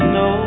no